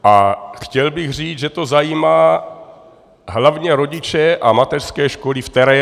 A chtěl bych říct, že to zajímá hlavně rodiče a mateřské školy v terénu.